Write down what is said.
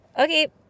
okay